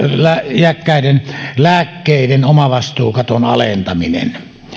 iäkkäiden lääkkeiden omavastuukaton alentaminen